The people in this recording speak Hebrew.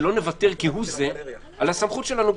שלא נוותר כהוא זה על הסמכות שלנו,